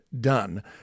done